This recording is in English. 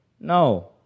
No